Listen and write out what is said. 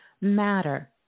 matter